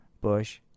Bush